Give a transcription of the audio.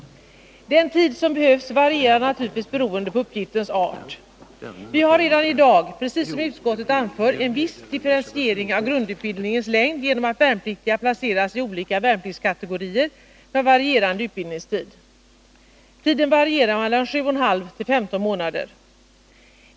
Den tid som behövs varierar naturligtvis, beroende på uppgiftens art. Vi har redan i dag, precis som utskottet anför, en viss differentiering av grundutbildningens längd genom att värnpliktiga placeras i olika värnpliktskategorier med varierande utbildningstid. Tiden varierar mellan 7,5 och 15 månader.